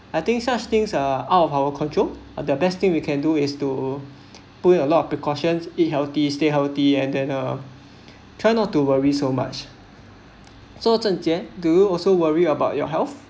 I think such things are out of our control or the best thing we can do is to put in a lot of precautions eat healthy stay healthy and and uh try not to worry so much so zhen jie do you also worry about your health